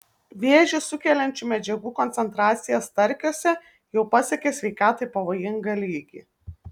vėžį sukeliančių medžiagų koncentracija starkiuose jau pasiekė sveikatai pavojingą lygį